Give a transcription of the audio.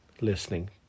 listening